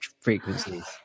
frequencies